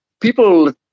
People